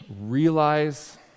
realize